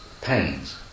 pains